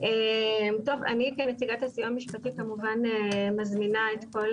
אני כנציגת הסיוע המשפטי כמובן מזמינה את כל